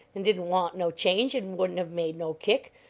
and didn't want no change and wouldn't have made no kick,